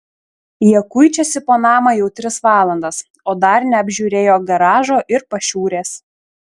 jie kuičiasi po namą jau tris valandas o dar neapžiūrėjo garažo ir pašiūrės